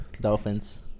Dolphins